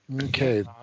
okay